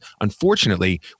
Unfortunately